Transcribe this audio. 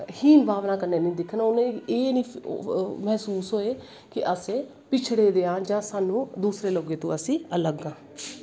हीन भावना कन्नै नी दिक्खन उनेंगी एह् नी मैह्सूस होए कि अस पिछड़े दे आं जां साह्नू जां दुए लोकें तों अस अलग आं